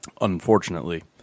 unfortunately